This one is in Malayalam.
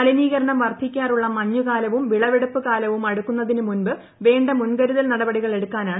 മലിനീകരണം വർദ്ധിക്കാറുള്ള മഞ്ഞുകാലവും വിളവെടുപ്പുകാലവും അടുക്കുന്നതിന് മുൻപ് വേണ്ട മുൻകരുതൽ നടപടികൾ എടുക്കാനാണ് യോഗം